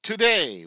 Today